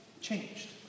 changed